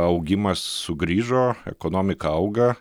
augimas sugrįžo ekonomika auga